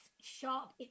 sharp